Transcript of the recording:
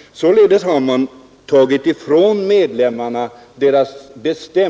Man har således tagit från medlemmarna deras rätt att själva